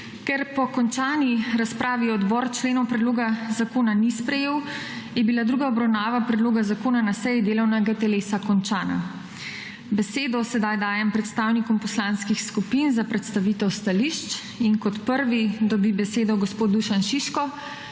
Ker po končani razpravi odbor členov predloga zakona ni sprejel je bila druga obravnava predloga zakona na seji delovnega telesa končana. Besedo sedaj dajem predstavnikom poslanskih skupin za predstavitev stališč in kot prvi dobi besedo gospod Dušan Šiško.